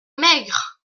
maigre